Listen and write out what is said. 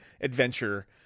adventure